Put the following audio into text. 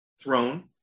throne